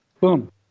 boom